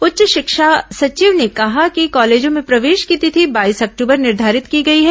उच्च शिक्षा सचिव ने कहा कि कॉलेजों में प्रवेश की तिथि बाईस अक्टूबर निर्धारित की गई है